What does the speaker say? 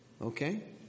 Okay